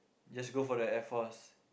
just go for the Air Force